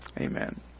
Amen